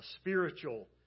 spiritual